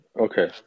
Okay